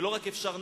ולא רק אפשר,